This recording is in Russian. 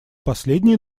последние